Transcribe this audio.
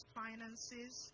finances